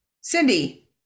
Cindy